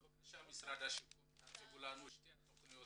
בבקשה תציגו לנו את שתי התכניות,